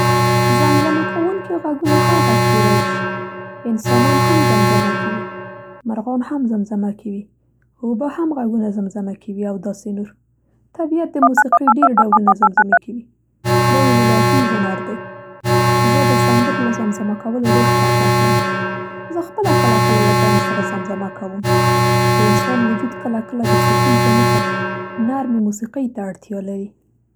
زمزمه کوونکي غږونه هر غږ کېدای شي. انسانان هم زمزمه کوي. مرغان هم زمزمه کوي. اوبه هم غږونه زمزمه کوي او داسې نور. طبیعت د موسیقۍ ډېر ډولونه زمزمه کوي. دا یو الهي هنر دی. زه د سندرو له زمزمه کولو ډېر خوند اخلم. زه خپله کله کله له ځان سره زمزمه کوم. د انسان وجود کله کله د سکون په موخه نرمې موسیقۍ ته اړتیا لري.